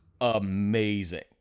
Amazing